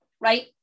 right